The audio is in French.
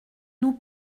nous